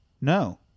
no